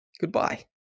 goodbye